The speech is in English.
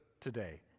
today